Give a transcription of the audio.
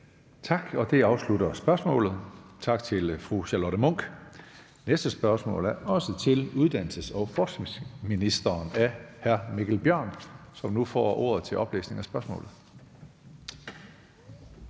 Tak, og det afslutter spørgsmålet. Tak til fru Charlotte Munch. Næste spørgsmål er også til uddannelses- og forskningsministeren, og det er af hr. Mikkel Bjørn, som nu får ordet til oplæsning af spørgsmålet.